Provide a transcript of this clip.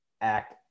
act